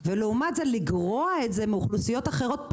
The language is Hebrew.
ולעומת זאת לגרוע את זה מאוכלוסיות אחרות,